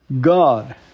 God